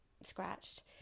scratched